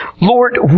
Lord